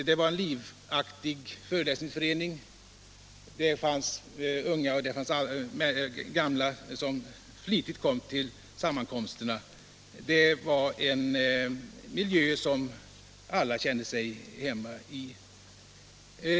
Det var fråga om en livaktig föreläsningsförening, och det fanns unga och gamla som flitigt kom till sammankomsterna. Det var en miljö som alla kände sig hemma i.